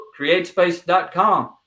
createspace.com